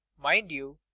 mind you.